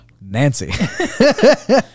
Nancy